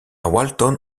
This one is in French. walton